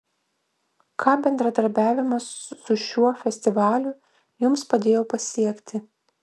ką bendradarbiavimas su šiuo festivaliu jums padėjo pasiekti